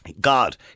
God